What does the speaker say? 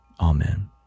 Amen